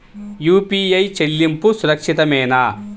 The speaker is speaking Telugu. యూ.పీ.ఐ చెల్లింపు సురక్షితమేనా?